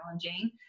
challenging